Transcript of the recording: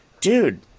dude